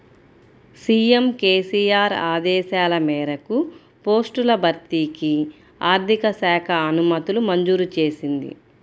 CM KCR ఆదేశాల మేరకు పోస్టుల భర్తీకి ఆర్థిక శాఖ అనుమతులు మంజూరు చేసింది